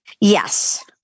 Yes